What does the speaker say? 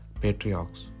patriarchs